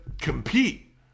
compete